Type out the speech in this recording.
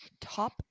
top